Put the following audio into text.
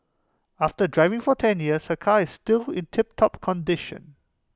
after driving for ten years her car is still in tiptop condition